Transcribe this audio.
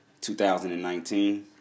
2019